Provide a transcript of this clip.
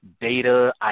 data